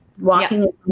Walking